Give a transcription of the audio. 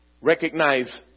Recognize